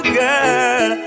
girl